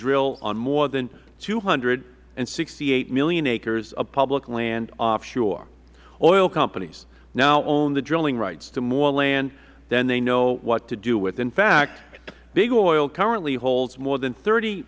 drill on more than two hundred and sixty eight million acres of public land offshore oil companies now own the drilling rights to more land than they know what to do with in fact big oil currently holds more than thirty